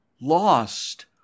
lost